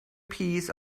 piece